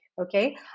okay